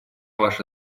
ваше